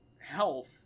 health